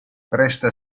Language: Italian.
presta